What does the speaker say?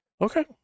Okay